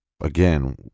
again